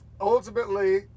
ultimately